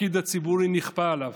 התפקיד הציבורי נכפה עליו.